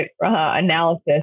analysis